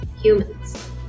humans